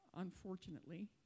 Unfortunately